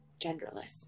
genderless